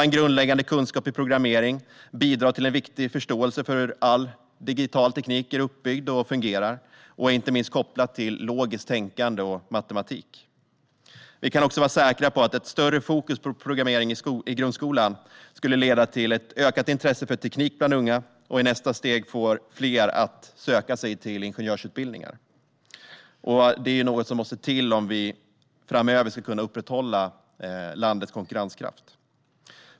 En grundläggande kunskap i programmering bidrar till en viktig förståelse för hur all digital teknik är uppbyggd och fungerar. Det är inte minst kopplat till logiskt tänkande och matematik. Vi kan också vara säkra på att ett större fokus på programmering i grundskolan skulle leda till ett ökat intresse för teknik bland unga och i nästa steg få fler att söka sig till ingenjörsutbildningar. Det är något som måste till om vi framöver ska kunna upprätthålla landets konkurrenskraft.